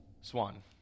swan